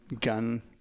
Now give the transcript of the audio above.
gun